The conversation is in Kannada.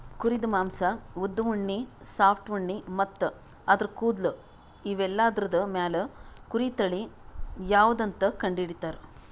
ಕುರಿದ್ ಮಾಂಸಾ ಉದ್ದ್ ಉಣ್ಣಿ ಸಾಫ್ಟ್ ಉಣ್ಣಿ ಮತ್ತ್ ಆದ್ರ ಕೂದಲ್ ಇವೆಲ್ಲಾದ್ರ್ ಮ್ಯಾಲ್ ಕುರಿ ತಳಿ ಯಾವದಂತ್ ಕಂಡಹಿಡಿತರ್